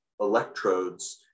electrodes